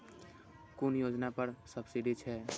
कुन योजना पर सब्सिडी छै?